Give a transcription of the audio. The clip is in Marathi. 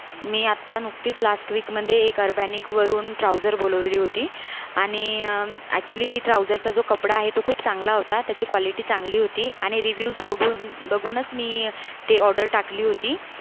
मी आत्ता नुकतीच लास्ट वीकमध्ये एक अरबॅनिकवरुन ट्राउझर बोलवलेली होती आणि एकचुअल्ली ती ट्राऊझरचा जो कपडा आहे तो खूप चांगला होता त्याची कॉलिटी चांगली होती आणि रिविव्स बघून बघूनच मी ती ऑर्डर टाकली होती